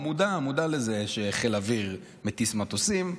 אני מודע לזה שחיל האוויר מטיס מטוסים,